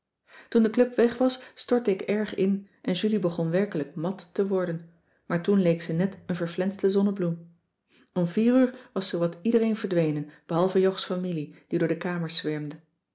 toen de club weg was stortte ik erg in en julie begon werkelijk mat te worden maar toen leek ze net een verflenste zonnebloem om vier uur was zoowat iedereen verdwenen behalve jogs familie die door de kamers zwermde